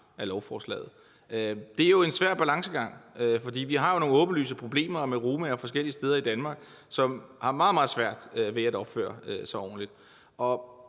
Det er jo en svær balancegang, for vi har nogle åbenlyse problemer med romaer forskellige steder i Danmark, som har meget, meget svært ved at opføre sig ordentligt.